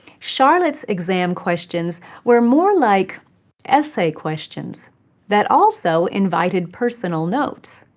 charlotte's exam questions were more like essay questions that also invited personal notes.